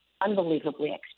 unbelievably